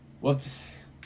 Whoops